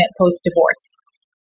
post-divorce